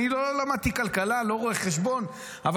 לא למדתי כלכלה ואני לא רואה חשבון אבל